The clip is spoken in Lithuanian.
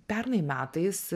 pernai metais